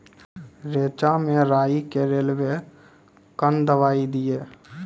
रेचा मे राही के रेलवे कन दवाई दीय?